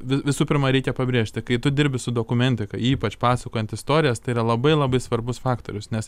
visų pirma reikia pabrėžti kai tu dirbi su dokumentika ypač pasakojant istorijas tai yra labai labai svarbus faktorius nes